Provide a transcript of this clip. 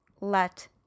let